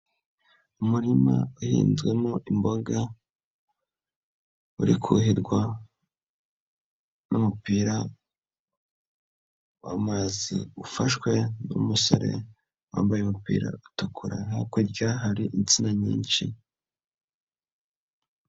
Umurima uhinzwemo imboga uri kuhirwa n'umupira w'amazi, ufashwe n'umusore wambaye umupira utukura, hakurya hari insina nyinshi.